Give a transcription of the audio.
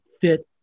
fit